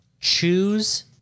Choose